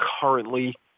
currently